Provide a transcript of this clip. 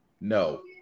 No